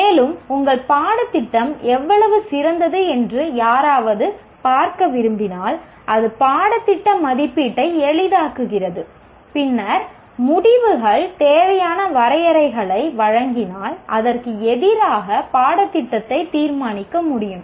மேலும் உங்கள் பாடத்திட்டம் எவ்வளவு சிறந்தது என்று யாராவது பார்க்க விரும்பினால் அது பாடத்திட்ட மதிப்பீட்டை எளிதாக்குகிறது பின்னர் முடிவுகள் தேவையான வரையறைகளை வழங்கினால் அதற்கு எதிராக பாடத்திட்டத்தை தீர்மானிக்க முடியும்